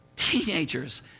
teenagers